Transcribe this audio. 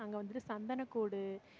அங்கே வந்துவிட்டு சந்தன கூடு